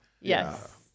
Yes